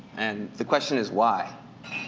and the question is, why?